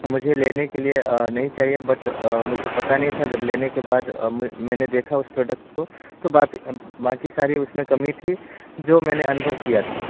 मुझे लेने के लिए नहीं चाहिए बट मुझे पता नहीं था जब लेने के बाद मैं मैंने देखा उस प्रोडक्ट को तो बाक़ी बाक़ी सारी उसमें कमी थी जो मैंने अनुभव किया था